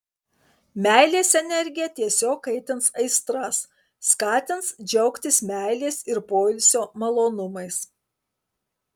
meilės energija tiesiog kaitins aistras skatins džiaugtis meilės ir poilsio malonumais